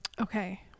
okay